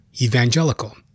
Evangelical